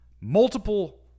multiple